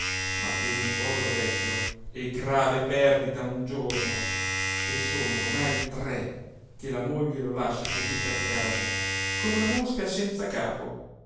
ma per un povero vecchio è grave perdita un giorno e sono ormai tre che la moglie lo lascia così per casa come una mosca senza capo